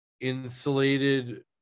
insulated